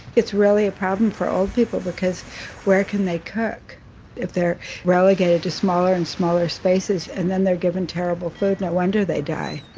it's really problem for old people because where can they cook if they're relegated to smaller and smaller spaces and then they're given terrible food and no wonder they die